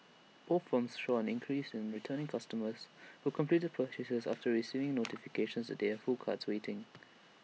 both firms saw an increase in returning customers who completed purchases after receiving notifications that they had full carts waiting